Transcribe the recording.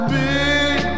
big